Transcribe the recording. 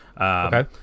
Okay